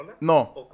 No